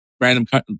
random